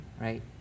right